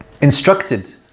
instructed